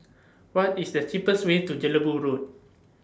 What IS The cheapest Way to Jelebu Road